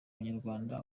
banyarwanda